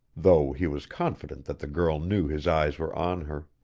though he was confident that the girl knew his eyes were on her.